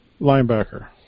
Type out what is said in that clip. Linebacker